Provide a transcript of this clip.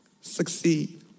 succeed